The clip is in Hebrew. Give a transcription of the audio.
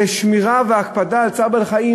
זה שמירה והקפדה על צער בעלי-חיים,